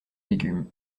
légumes